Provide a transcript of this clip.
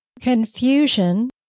confusion